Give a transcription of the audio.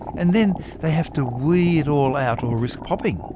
and then they have to wee it all out or risk popping.